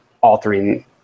altering